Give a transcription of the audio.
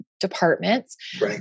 departments